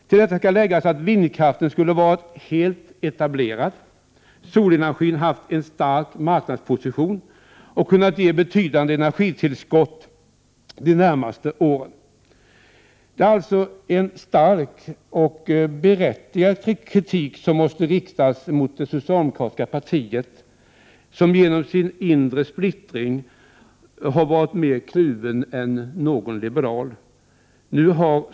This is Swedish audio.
Till detta skall läggas att vindkraften skulle ha varit helt etablerad och att solenergin skulle ha haft en stark marknadsposition och kunnat stå för ett betydande energitillskott under de närmaste åren. Det är alltså en stark och berättigad kritik som måste riktas mot det socialdemokratiska partiet, som genom sin inre splittring har varit mer kluvet än någon liberal varit.